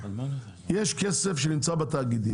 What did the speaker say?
יש כסף שנמצא בתאגידים,